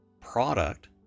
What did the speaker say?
product